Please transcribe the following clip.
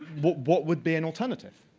what what would be an alternative?